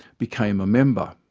became a member.